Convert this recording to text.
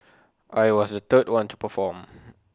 I was the third one to perform